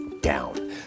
down